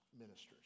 ministers